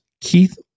Keith